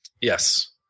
Yes